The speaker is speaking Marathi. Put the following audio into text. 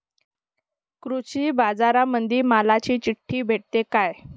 कृषीबाजारामंदी मालाची चिट्ठी भेटते काय?